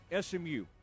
SMU